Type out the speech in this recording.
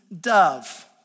dove